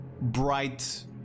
bright